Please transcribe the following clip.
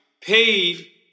paid